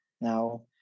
now